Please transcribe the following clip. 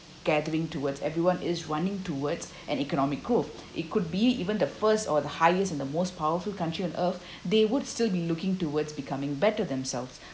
gathering towards everyone is running towards an economic growth it could be even the first or the highest and the most powerful country on earth they would still be looking towards becoming better themselves